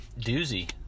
doozy